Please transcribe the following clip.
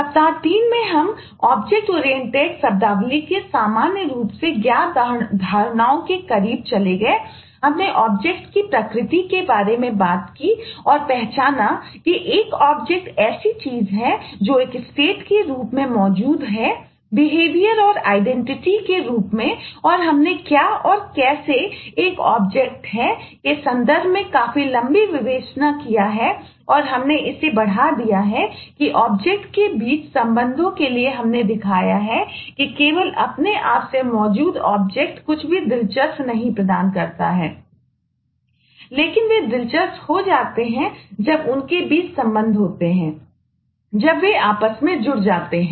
सप्ताह 3 में हम ऑब्जेक्ट ओरिएंटेड कुछ भी दिलचस्प नहीं प्रदान करती हैं लेकिन वे दिलचस्प हो जाते हैं जब उनके बीच संबंध होते हैं जब वे आपस में जुड़ जाते हैं